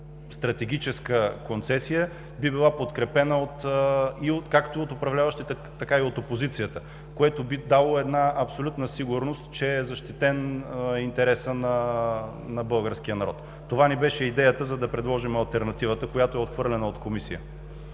тази стратегическа концесия би била подкрепена както от управляващите, така и от опозицията, което би дало абсолютна сигурност, че е защитен интересът на българския народ. Това ни беше идеята, за да предложим алтернативата, която е отхвърлена от Комисията.